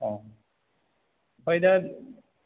औ ओमफ्राय दा